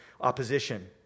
opposition